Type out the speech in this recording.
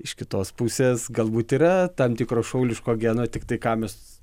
iš kitos pusės galbūt yra tam tikro šauliško geno tiktai ką mes